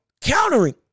Countering